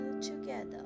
together